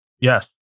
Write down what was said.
Yes